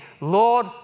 Lord